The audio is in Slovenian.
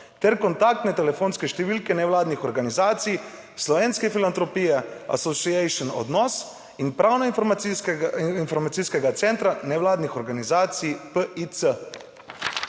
ter kontaktne telefonske številke nevladnih organizacij Slovenske filantropije, Association Odnos in Pravno informacijskega centra nevladnih organizacij PIC."